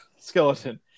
skeleton